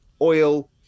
oil